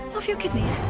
of your kidneys?